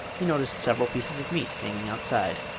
he noticed several pieces of meat hanging outside.